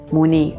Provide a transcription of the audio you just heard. Muni